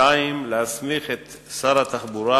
2. להסמיך את שר התחבורה,